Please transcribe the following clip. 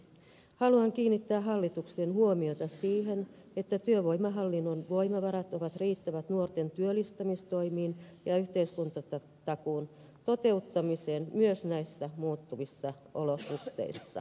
haluan kiinnittää hallituksen huomiota siihen että työvoimahallinnon voimavarat ovat riittävät nuorten työllistämistoimiin ja yhteiskuntatakuun toteuttamiseen myös näissä muuttuvissa olosuhteissa